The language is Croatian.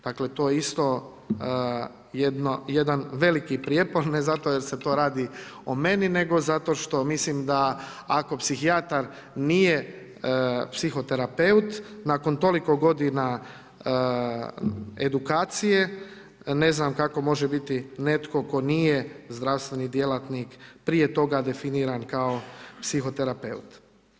Dakle, to je isto jedan veliki prijepor, ne zato jer se to radi o meni nego zato mislim da ako psihijatar nije psihoterapeut nakon toliko edukacije, ne znam kako može biti netko tko nije zdravstveni djelatnik prije toga definiran kao psihoterapeut.